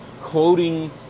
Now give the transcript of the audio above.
quoting